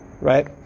Right